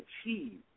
achieve